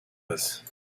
this